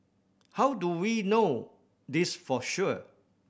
how do we know this for sure